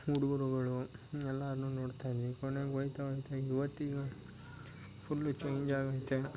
ಹುಡ್ಗುರುಗಳು ಎಲ್ಲಾರನ್ನು ನೋಡ್ತಾವೆ ಕೊನೆಗೆ ಓಯ್ತಾ ಓಯ್ತಾ ಇವತ್ತಿಗೂ ಫುಲ್ಲು ಚೇಂಜ್ ಆಗೈತೆ